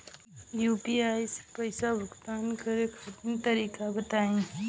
UPI से पईसा भुगतान करे के तरीका बताई?